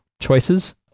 choices